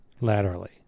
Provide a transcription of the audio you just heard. Laterally